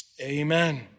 Amen